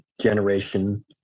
generation